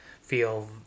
feel